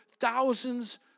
thousands